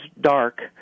dark